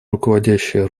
руководящая